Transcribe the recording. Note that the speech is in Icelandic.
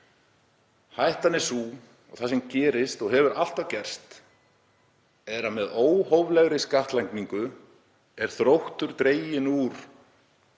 Hættan er sú að það sem gerist og hefur alltaf gerst er að með óhóflegri skattlagningu er þróttur dreginn úr